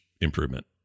improvement